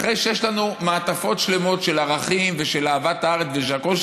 אחרי שיש לנו מעטפות שלמות של ערכים ושל אהבת הארץ ושל הכול,